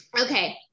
okay